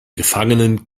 gefangenen